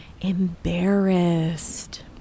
embarrassed